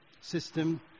system